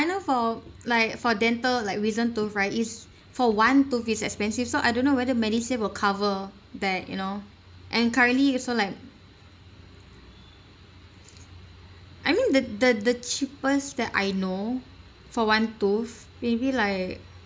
I know for like for dental like wisdom tooth right is for one tooth is expensive so I don't know whether medisave will cover that you know and currently also like I mean the the the cheapest that I know for one tooth maybe like